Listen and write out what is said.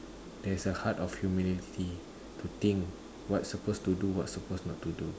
there's a heart of humility to think what suppose to do what suppose not to do